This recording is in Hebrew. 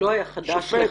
הוא לא היה חדש לך.